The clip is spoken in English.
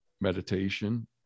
meditation